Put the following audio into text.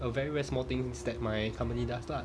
a very very small things that my company does lah